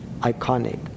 iconic